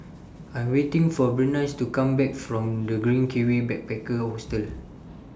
I Am waiting For Berenice to Come Back from The Green Kiwi Backpacker Hostel